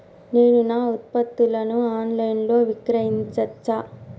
నేను నా ఉత్పత్తులను ఆన్ లైన్ లో విక్రయించచ్చా?